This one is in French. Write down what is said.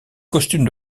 costume